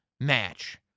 match